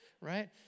right